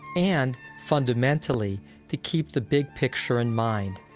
and fundamentally to keep the big picture in mind,